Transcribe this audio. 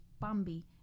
Bambi